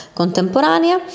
contemporanea